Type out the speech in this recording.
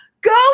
Go